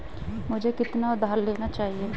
मुझे कितना उधार लेना चाहिए?